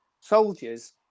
soldiers